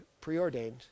preordained